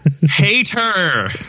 HATER